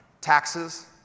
Taxes